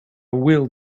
will